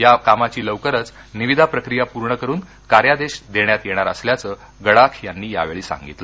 या कामाची लवकरच निविदा प्रक्रिया पूर्ण करुन कार्यादेश देण्यात येणार असल्याचं गडाख यांनी सांगितलं